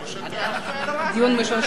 דיון משולב, שלוש דקות.